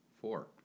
four